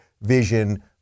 vision